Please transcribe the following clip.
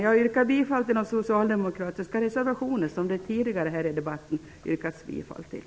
Jag yrkar bifall till de socialdemokratiska reservationer som det tidigare i debatten yrkats bifall till.